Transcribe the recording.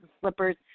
slippers